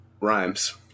Rhymes